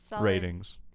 Ratings